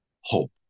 hope